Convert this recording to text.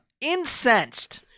incensed